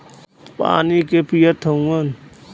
पानी के लोग पियत हउवन